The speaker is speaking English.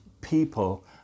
people